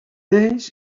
ells